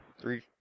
Three